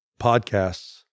podcasts